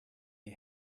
you